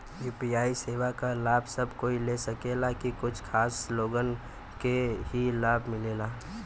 UPI सेवा क लाभ सब कोई ले सकेला की कुछ खास लोगन के ई लाभ मिलेला?